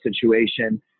situation